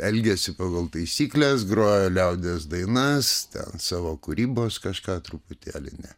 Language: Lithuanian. elgėsi pagal taisykles grojo liaudies dainas ten savo kūrybos kažką truputėlį ne